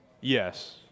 Yes